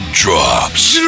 drops